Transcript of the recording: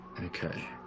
Okay